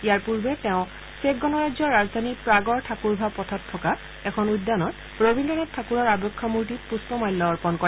ইয়াৰ পূৰ্বে তেওঁ চেক গণৰাজ্যৰ ৰাজধানী প্ৰাগৰ ঠাকুৰভা পথত থকা এখন উদ্যানত ৰবীদ্ৰ নাথ ঠাকুৰৰ আৱক্ষ মূৰ্তিত পুষ্পমাল্য অৰ্পন কৰে